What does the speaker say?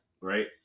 right